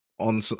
on